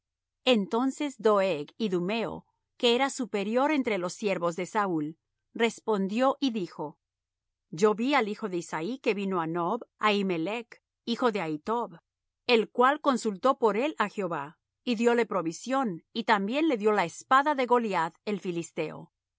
entonces doeg idumeo que era superior entre los siervos de saúl respondió y dijo yo vi al hijo de isaí que vino á nob á ahimelech hijo de ahitob el cual consultó por él á jehová y dióle provisión y también le dió la espada de goliath el filisteo y